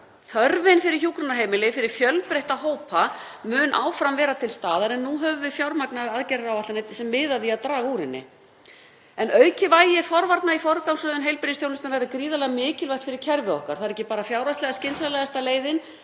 Þörfin fyrir hjúkrunarheimili fyrir fjölbreytta hópa mun áfram vera til staðar en nú höfum við fjármagnað aðgerðaáætlanir sem miða að því að draga úr henni. Aukið vægi forvarna í forgangsröðun heilbrigðisþjónustunnar er gríðarlega mikilvægt fyrir kerfið okkar. Það er ekki bara fjárhagslega skynsamlegasta leiðin